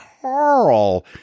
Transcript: Carl